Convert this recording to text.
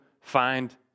find